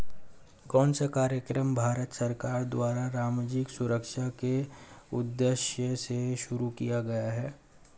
कौन सा कार्यक्रम भारत सरकार द्वारा सामाजिक सुरक्षा के उद्देश्य से शुरू किया गया है?